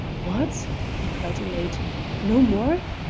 what! he cried elate no more?